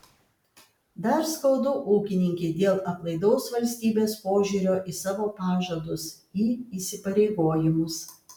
dar skaudu ūkininkei dėl aplaidaus valstybės požiūrio į savo pažadus į įsipareigojimus